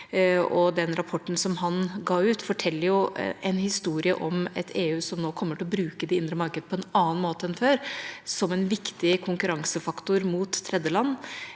den rapporten som han ga ut, forteller en historie om et EU som nå kommer til å bruke det indre markedet på en annen måte enn før, som en viktig konkurransefaktor mot tredjeland.